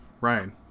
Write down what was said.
ryan